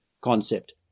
concept